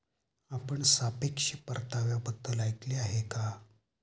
आपण सापेक्ष परताव्याबद्दल ऐकले आहे का?